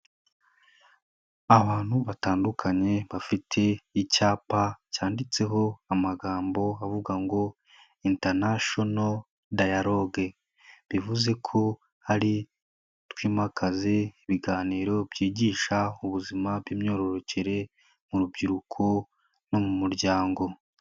Abantu batandukanye bafite icyapa cyanditseho amagambo avuga ngo International dialogue, bivuze ko ari twimakaze ibiganiro byigisha ubuzima bw'imyororokere mu rubyiruko no mu muryango.